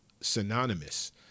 synonymous